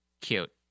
Cute